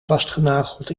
vastgenageld